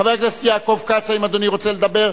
חבר הכנסת יעקב כץ, האם אדוני רוצה לדבר?